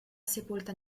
sepolta